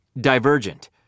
Divergent